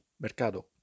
Mercado